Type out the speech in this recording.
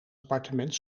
appartement